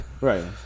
Right